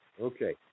Okay